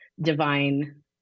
divine